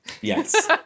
yes